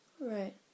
Right